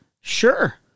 Sure